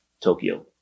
Tokyo